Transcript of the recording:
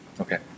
Okay